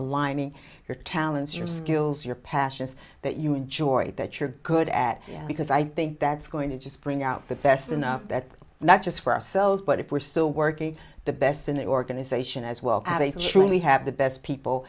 aligning your talents your skills your passions that you enjoy that you're good at because i think that's going to just bring out the best enough that not just for ourselves but if we're still working the best in the organization as well as truly have the best people